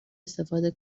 استفاده